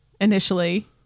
initially